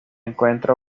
encuentra